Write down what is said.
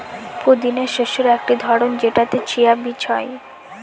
পুদিনা শস্যের একটি ধরন যেটাতে চিয়া বীজ হয়